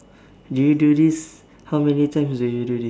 do you do this how many times do you do this